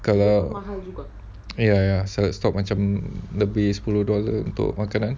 yes yes salad stop lebih macam sepuluh dollar untuk makan